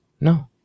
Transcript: No